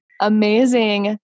amazing